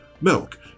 milk